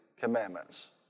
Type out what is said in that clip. commandments